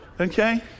okay